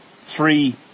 three